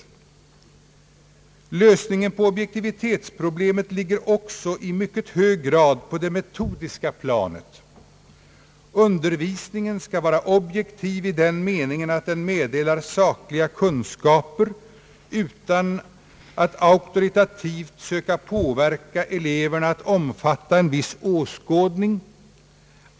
Lösningen på objektivitetsproblemet ligger också i mycket hög grad på det metodiska planet. Undervisningen skall vara objektiv i den meningen att den meddelar sakliga kunskaper utan att auktoritativt söka påverka eleverna att omfatta en viss åskådning.